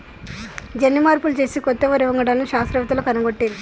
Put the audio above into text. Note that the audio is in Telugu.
జన్యు మార్పులు చేసి కొత్త వరి వంగడాలను శాస్త్రవేత్తలు కనుగొట్టిరి